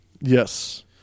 Yes